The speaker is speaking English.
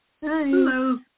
Hello